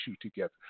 together